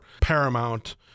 paramount